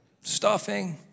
stuffing